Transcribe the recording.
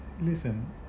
listen